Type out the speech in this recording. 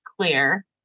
clear